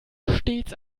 stets